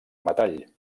metall